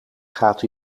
gaat